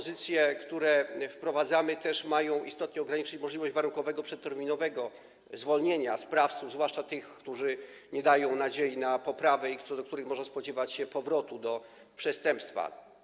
Zmiany, które wprowadzamy, mają też istotnie ograniczyć możliwość warunkowego, przedterminowego zwolnienia sprawców, zwłaszcza tych, wobec których nie ma nadziei na poprawę i co do których można spodziewać się powrotu do przestępstwa.